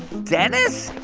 dennis,